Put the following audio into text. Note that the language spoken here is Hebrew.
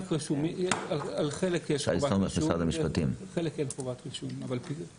על חלק יש חובת רישום, ועל חלק אין.